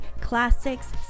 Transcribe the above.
classics